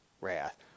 wrath